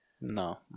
No